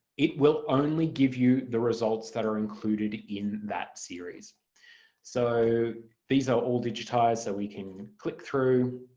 it will only give you the results that are included in that series so these are all digitised so we can click through